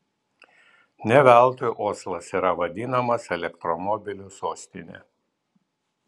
ne veltui oslas yra vadinamas elektromobilių sostine